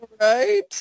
right